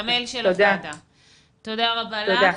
תודה לך.